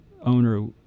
owner